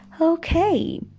okay